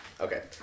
Okay